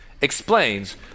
explains